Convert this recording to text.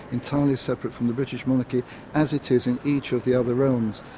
entirely separate from the british monarchy as it is in each of the other realms,